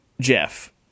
jeff